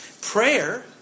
Prayer